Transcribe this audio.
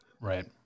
Right